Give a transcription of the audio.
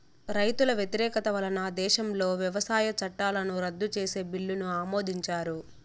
రైతుల వ్యతిరేకత వలన దేశంలో వ్యవసాయ చట్టాలను రద్దు చేసే బిల్లును ఆమోదించారు